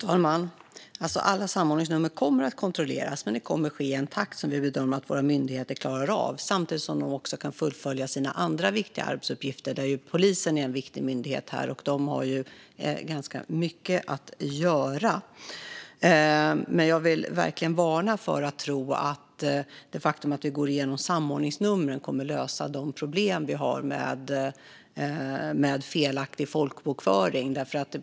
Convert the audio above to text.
Fru talman! Alla samordningsnummer kommer att kontrolleras. Det kommer dock att ske i en takt som vi bedömer att myndigheterna klarar av samtidigt som de kan fullfölja sina andra viktiga arbetsuppgifter. Polisen är här en viktig myndighet, och de har ju ganska mycket att göra. Jag vill varna för att tro att en genomgång av samordningsnumren kommer att lösa de problem som vi har med felaktig folkbokföring.